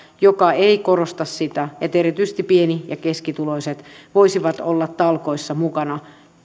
joka ei korosta sitä että erityisesti pieni ja keskituloiset voisivat olla talkoissa mukana